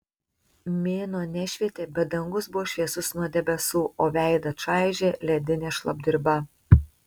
mėnuo nešvietė bet dangus buvo šviesus nuo debesų o veidą čaižė ledinė šlapdriba